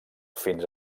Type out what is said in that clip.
fins